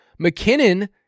McKinnon